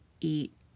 eat